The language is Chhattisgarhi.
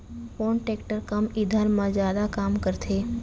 कोन टेकटर कम ईंधन मा जादा काम करथे?